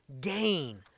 gain